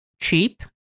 cheap